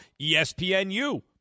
ESPNU